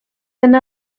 yna